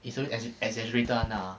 it's always ex~ exaggerated [one] ah